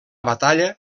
batalla